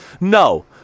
No